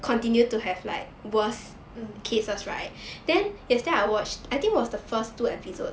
mm